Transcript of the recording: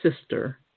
sister